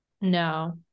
no